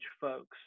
folks